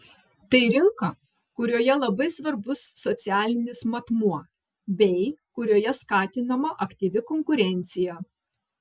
tai rinka kurioje labai svarbus socialinis matmuo bei kurioje skatinama aktyvi konkurencija